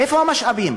איפה המשאבים?